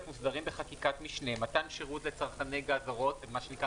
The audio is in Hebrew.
מוסדרים בחקיקת משנה: מתן שירות לצרכני גז מה שנקרא,